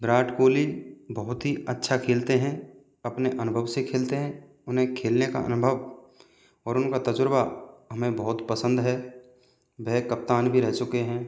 विराट कोहली बहुत ही अच्छा खेलते हैं अपने अनुभव से खेलते हैं उन्हें खेलने का अनुभव और उनका तजुर्बा हमें बहुत पसंद है वह कप्तान भी रह चुके हैं